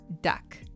duck